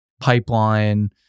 pipeline